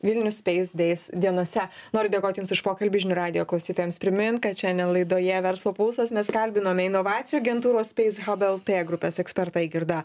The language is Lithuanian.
vilnius space days dienose noriu dėkoti jums už pokalbį žinių radijo klausytojams primint kad šiandien laidoje verslo pulsas mes kalbinome inovacijų agentūros space hub lt grupės ekspertą eigirdą